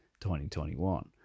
2021